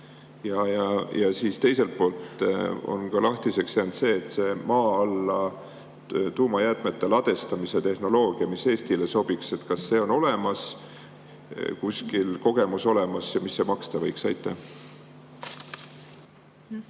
Ja teiselt poolt on lahtiseks jäänud see, kas see maa alla tuumajäätmete ladestamise tehnoloogia, mis Eestile sobiks, on kuskil olemas, kas kogemus on olemas ja mis see maksta võiks. Aitäh!